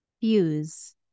Fuse